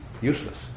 useless